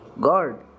God